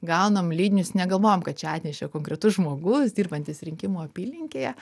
gaunam leidinius negalvojam kad čia atnešė konkretus žmogus dirbantis rinkimų apylinkėje